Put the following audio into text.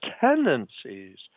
tendencies